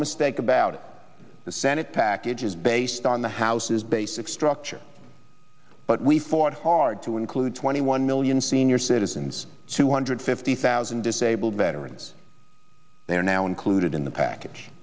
it the senate package is based on the house's basic structure but we fought hard to include twenty one million senior citizens two hundred fifty thousand disabled veterans they are now included in the package